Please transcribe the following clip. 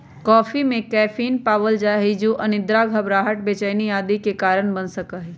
coffee में caffeine पावल जा हई जो अनिद्रा, घबराहट, बेचैनी आदि के कारण बन सका हई